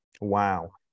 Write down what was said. Wow